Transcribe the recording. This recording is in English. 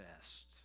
best